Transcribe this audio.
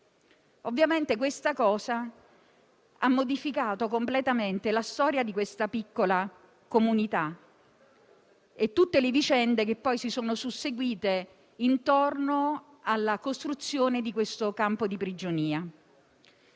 Ovviamente ciò ha modificato completamente la storia di quella piccola comunità e tutte le vicende che poi si sono susseguite intorno alla costruzione del campo di prigionia.